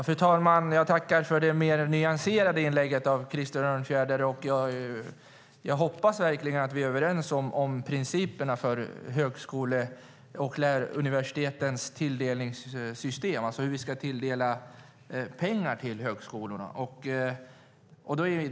Fru talman! Jag tackar för det mer nyanserade inlägget av Krister Örnfjäder. Jag hoppas verkligen att vi är överens om principerna för högskolornas och universitetens tilldelningssystem, alltså hur vi ska tilldela högskolorna pengar.